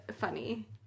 funny